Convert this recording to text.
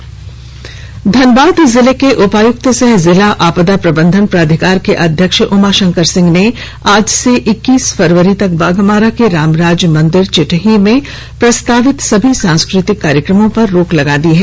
प्रशासन रोक धनबाद जिले के उपायुक्त सह जिला आपदा प्रबंधन प्राधिकार के अध्यक्ष उमाशंकर सिंह ने आज से इक्कीस फरवरी तक बाघमारा के रामराज मंदिर चिटाही में प्रस्तावित सभी सांस्कृतिक कार्यक्रमों पर रोक लगा दी है